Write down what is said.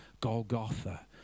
Golgotha